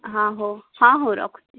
ହଁ ହଉ ହଁ ହଉ ରଖୁଛି